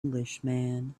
englishman